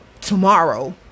Tomorrow